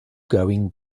going